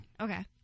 Okay